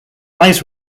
eyes